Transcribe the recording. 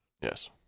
Yes